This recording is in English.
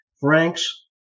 Frank's